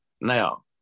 Now